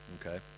Okay